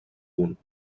punt